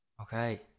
Okay